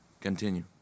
Continue